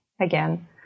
again